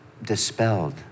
dispelled